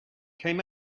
came